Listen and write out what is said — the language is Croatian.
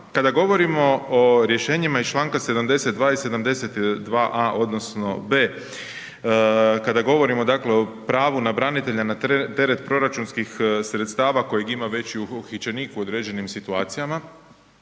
kada govorimo o rješenjima iz čl. 72. i 72 a) odnosno b) kada govorimo o pravu na branitelja na teret proračunskih sredstava kojeg ima već uhićenik u određenim situacijama,